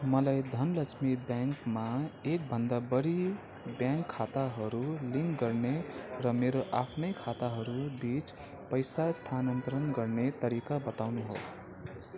मलाई धनलक्ष्मी ब्याङ्कमा एकभन्दा बढी ब्याङ्क खाताहरू लिङ्क गर्ने र मेरो आफ्नै खाताहरू बिच पैसा स्थानान्तरण गर्ने तरिका बताउनुहोस्